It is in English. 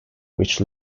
which